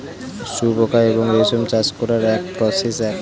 শুয়োপোকা এবং রেশম চাষ করার প্রসেস এক